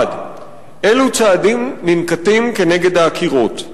1. אילו צעדים ננקטים כנגד העקירות?